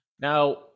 now